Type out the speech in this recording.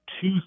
two